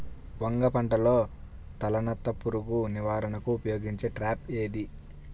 వంగ పంటలో తలనత్త పురుగు నివారణకు ఉపయోగించే ట్రాప్ ఏది?